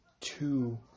two